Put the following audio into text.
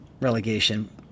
relegation